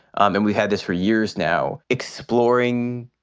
um and we had this for years now exploring